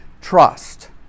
trust